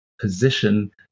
position